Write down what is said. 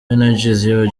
energy